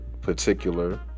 particular